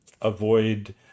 avoid